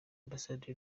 ambasade